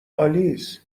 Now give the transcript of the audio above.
آلیس